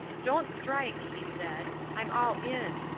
don't strike, he said, i'm all in.